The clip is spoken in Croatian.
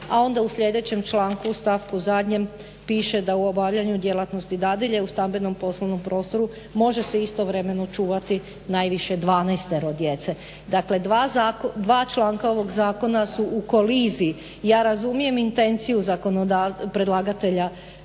a onda u sljedećem članku u stavku zadnjem piše da u obavljanju djelatnosti dadilje u stambenom i poslovnom prostoru može se istovremeno čuvati najviše 12 djece. Dakle, dva članka ovog zakona su u koliziji. Ja razumijem intenciju predlagatelja